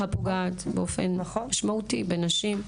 הפוגעת באופן משמעותי בנשים.